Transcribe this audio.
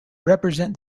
represent